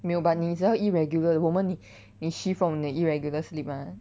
没有 but 你只要 irregular the moment 你你 shift from 你的 irregular sleep mah